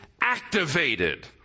activated